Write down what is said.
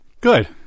Good